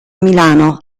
milano